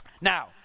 Now